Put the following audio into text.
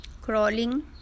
crawling